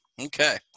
Okay